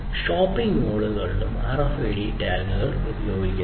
shopping മാളുകളിലും RFID ടാഗുകൾ ഉപയോഗിക്കുന്നു